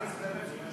אני רוצה לדבר.